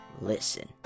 Listen